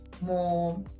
more